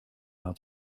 out